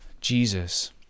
Jesus